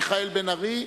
חברי הכנסת מיכאל בן-ארי,